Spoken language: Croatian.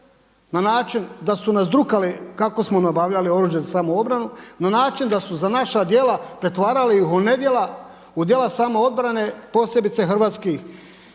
na način da su nas drukali kako smo nabavljati oružje za samoobranu na način da su za naša djela pretvarali ih u nedjela, u djela samoobrane posebice hrvatskih